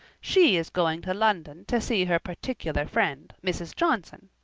she is going to london to see her particular friend, mrs. johnson.